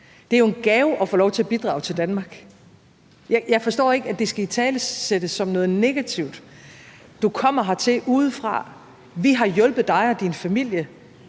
Det er jo en gave at få lov til at bidrage til Danmark, og jeg forstår ikke, at det skal italesættes som noget negativt. Du kommer hertil udefra, vi har hjulpet dig og din familie,